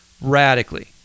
radically